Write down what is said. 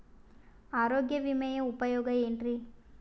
ಆರೋಗ್ಯ ವಿಮೆಯ ಉಪಯೋಗ ಏನ್ರೀ?